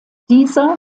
dieser